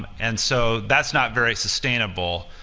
and so that's not very sustainable,